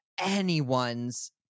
anyone's